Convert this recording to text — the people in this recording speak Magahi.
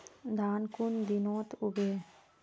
धान कुन दिनोत उगैहे